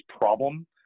problem